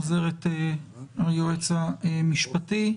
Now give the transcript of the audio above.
עוזרת היועץ המשפטי.